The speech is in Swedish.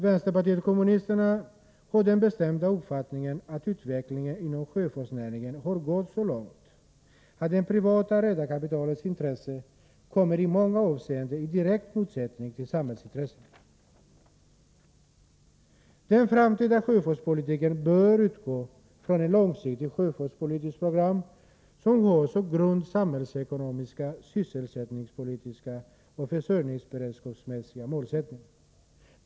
Vänsterpartiet kommunisterna har den bestämda uppfattningen att utvecklingen inom sjöfartsnäringen har gått så långt att det privata rederikapitalets intressen i många avseenden kommer i direkt motsättning till samhällsintressena. Den framtida sjöfartspolitiken bör utgå från ett långsiktigt sjöfartspolitiskt program, som har som grund samhällsekonomiska, sysselsättningspolitiska och försörjningsberedskapsmässiga målsättningar.